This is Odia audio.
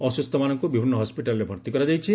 ଅସୁସ୍ଥମାନଙ୍କୁ ବିଭିନ୍ନ ହସ୍ୱିଟାଲରେ ଭର୍ତି କରାଯାଇଛି